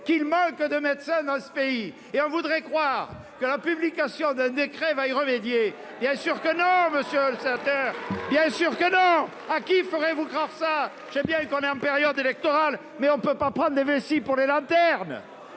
qu'il manque de médecins dans ce pays ! Et l'on voudrait nous faire croire que la publication d'un décret va y remédier ! Bien sûr que non, monsieur le sénateur, bien sûr que non ! À qui ferez-vous croire cela ? Je sais bien que nous sommes en période électorale, mais vous ne nous ferez pas prendre des vessies pour des lanternes